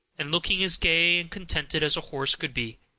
and looking as gay and contented as a horse could be.